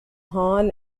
hahn